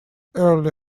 early